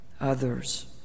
others